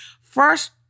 first